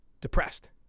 depressed